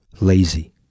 lazy